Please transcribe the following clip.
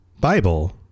Bible